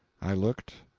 i looked,